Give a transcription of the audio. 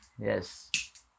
yes